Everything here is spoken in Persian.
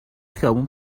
خیابون